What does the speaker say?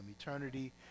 eternity